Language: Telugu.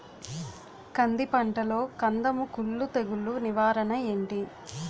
కంది పంటలో కందము కుల్లు తెగులు నివారణ ఏంటి?